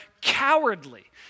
cowardly